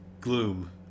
Gloom